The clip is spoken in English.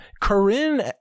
Corinne